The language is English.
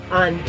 on